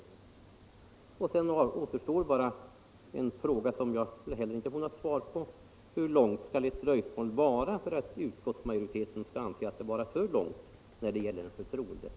Tillsättande av Sedan återstår bara en fråga, som jag inte heller väntar något svar = ordförande i på: Hur långt skall ett dröjsmål vara för att utskottsmajoriteten skall — riksbanksfullmäktianse det vara för långt när det gäller en förtroendepost?